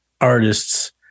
artists